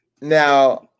Now